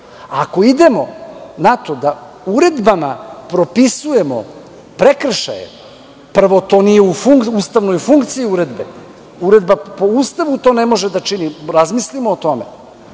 Ako idemo na to da uredbama propisujemo prekršaje, prvo, to nije u ustavnoj funkciji uredbe. Uredba, po Ustavu, to ne može da čini. Razmislimo o tome.